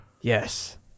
yes